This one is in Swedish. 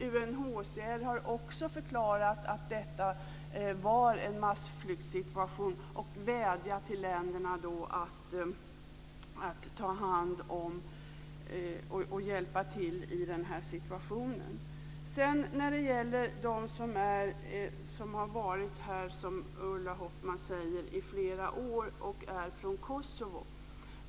UNHCR har också förklarat att detta är en massflyktssituation och har vädjat till länderna att ta hand om människor och hjälpa till i den här situationen. Ulla Hoffmann talade om de människor som har varit här i flera år och är från Kosovo.